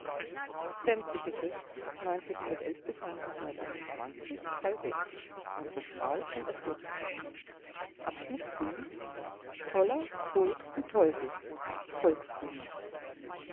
von toller tod und teufel